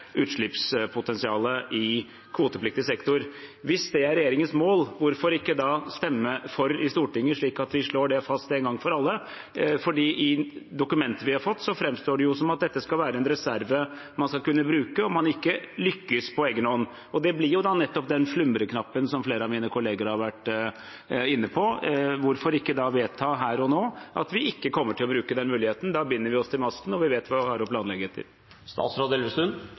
utslippspotensialet i kvotepliktig sektor. Hvis det er regjeringens mål, hvorfor ikke da stemme for det i Stortinget, slik at vi slår det fast en gang for alle? I dokumentet vi har fått, framstår det som om dette skal være en reserve man skal kunne bruke om man ikke lykkes på egen hånd. Det blir nettopp den slumreknappen som flere av mine kolleger har vært inne på. Hvorfor ikke da vedta her og nå at vi ikke kommer til å bruke den muligheten? Da binder vi oss til masten, og vi vet hva vi har å planlegge